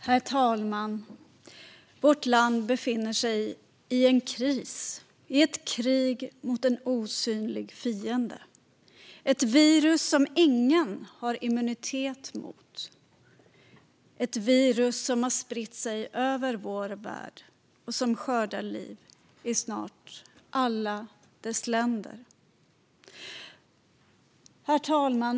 Herr talman! Vårt land befinner sig i en kris, i ett krig mot en osynlig fiende - ett virus som ingen har immunitet mot och som har spritt sig över vår värld och skördar liv i snart alla dess länder. Herr talman!